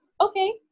okay